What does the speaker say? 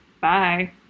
Bye